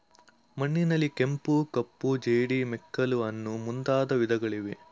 ಮಣ್ಣಿನಲ್ಲಿ ಕೆಂಪು, ಕಪ್ಪು, ಜೇಡಿ, ಮೆಕ್ಕಲು ಅನ್ನೂ ಮುಂದಾದ ವಿಧಗಳಿವೆ